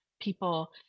people